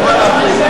לשנת הכספים 2012,